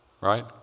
right